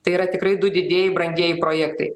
tai yra tikrai du didieji brangieji projektai